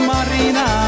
Marina